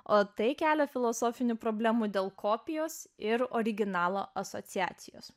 o tai kelia filosofinių problemų dėl kopijos ir originalo asociacijos